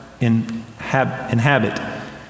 inhabit